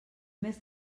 tres